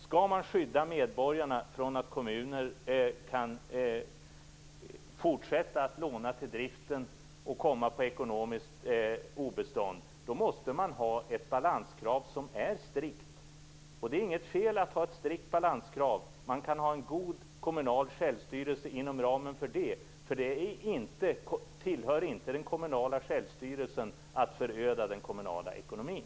Skall man skydda medborgarna från att kommuner kan fortsätta att låna till driften och komma på ekonomiskt obestånd måste man ha ett balanskrav som är strikt. Det är inget fel att ha ett strikt balanskrav. Man kan ha en god kommunal självstyrelse inom ramen för det. Det tillhör inte den kommunala självstyrelsen att föröda den kommunala ekonomin.